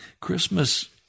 Christmas